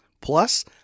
Plus